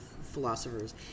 philosophers